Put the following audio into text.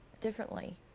differently